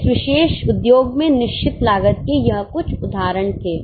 इस विशेष उद्योग में निश्चित लागत के यह कुछ उदाहरण थे